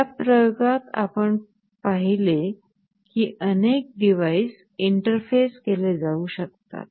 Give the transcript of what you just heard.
या प्रयोगात आपण पाहिले की अनेक डिव्हाइस इंटरफेस केले जाऊ शकतात